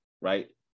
right